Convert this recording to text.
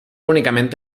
únicamente